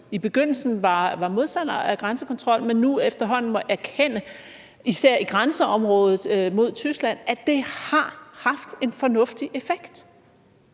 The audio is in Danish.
i begyndelsen var modstandere af grænsekontrollen, men som efterhånden nu må erkende – især i grænseområdet mod Tyskland – at det har haft en fornuftig effekt?